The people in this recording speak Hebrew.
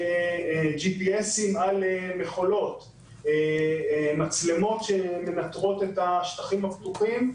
GPS על מכולות ומצלמות שמנטרות את השטחים הפתוחים.